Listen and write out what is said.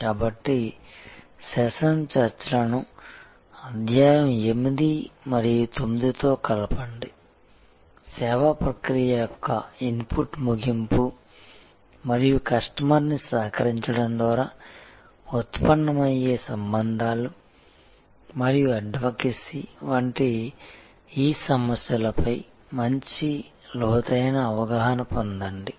కాబట్టి సెషన్ చర్చలను అధ్యాయం 8 మరియు 9 తో కలపండి సేవా ప్రక్రియ యొక్క ఇన్పుట్ ముగింపు మరియు కస్టమర్ని సహకరించడం ద్వారా ఉత్పన్నమయ్యే సంబంధాలు మరియు అడ్వకెసి వంటి ఈ సమస్యలపై మంచి లోతైన అవగాహన పొందండి